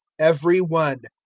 every one,